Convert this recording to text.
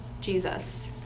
Jesus